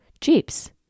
Jeeps